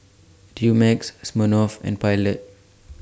Dumex Smirnoff and Pilot